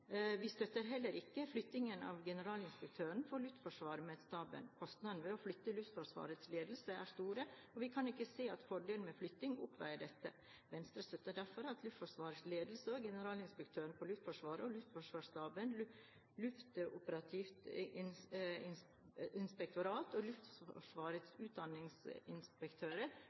Vi støtter heller ikke flyttingen av generalinspektøren for luftforsvaret med staber. Kostnadene ved å flytte Luftforsvarets ledelse er store, og vi kan ikke se at fordelene med flytting oppveier dette. Venstre støtter derfor at Luftforsvarets ledelse med generalinspektøren for Luftforsvaret og Luftforsvarsstaben, Luftoperativt inspektorat og Luftforsvarets utdanningsinspektører